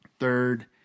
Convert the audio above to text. Third